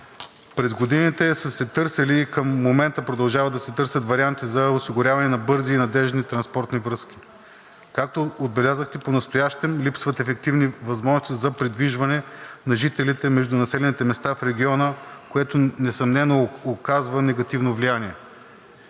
През годините са се търсели и към момента продължават да се търсят варианти за осигуряване на бързи и надеждни транспортни връзки. Както отбелязахте, понастоящем липсват ефективни възможности за придвижване на жителите между населените места в региона, което несъмнено оказва негативно влияние.